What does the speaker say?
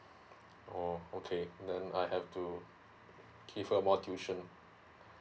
oh okay then I have to give her more tuition